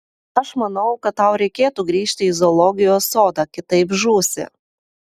aš manau kad tau reikėtų grįžti į zoologijos sodą kitaip žūsi